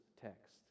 text